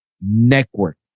network